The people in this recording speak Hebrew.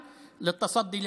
בן גביר וסמוטריץ'